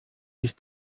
sich